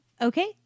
Okay